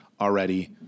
already